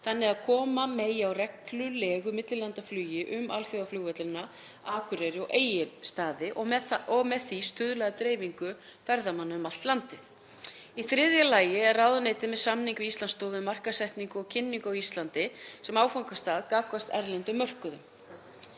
þannig að koma megi á reglulegu millilandaflugi um alþjóðaflugvellina Akureyri og Egilsstaði og með því stuðla að dreifingu ferðamanna um allt landið. Í þriðja lagi er ráðuneytið með samning við Íslandsstofu um markaðssetningu og kynningu á Íslandi sem áfangastað gagnvart erlendum mörkuðum.